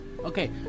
Okay